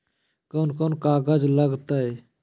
कौन कौन कागज लग तय?